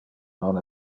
non